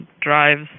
drives